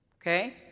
Okay